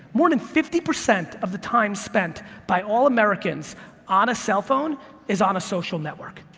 more than fifty percent of the time spent by all americans on a cellphone is on a social network.